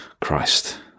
Christ